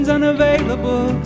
unavailable